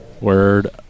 Word